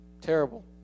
Terrible